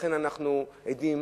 לכן אנחנו עדים